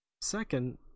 Second